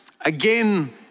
again